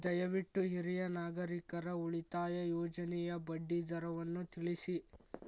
ದಯವಿಟ್ಟು ಹಿರಿಯ ನಾಗರಿಕರ ಉಳಿತಾಯ ಯೋಜನೆಯ ಬಡ್ಡಿ ದರವನ್ನು ತಿಳಿಸಿ